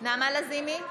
נעמה לזימי,